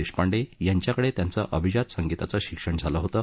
देशपांडे यांच्याकडे त्यांचं अभिजात संगीताचं शिक्षण झालं होतं